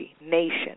Nation